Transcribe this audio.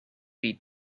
beat